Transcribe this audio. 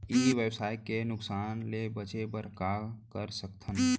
ई व्यवसाय के नुक़सान ले बचे बर का कर सकथन?